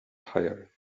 tire